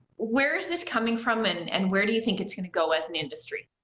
where is this coming from, and and where do you think it's gonna go as an industry?